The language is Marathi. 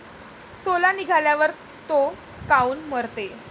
सोला निघाल्यावर थो काऊन मरते?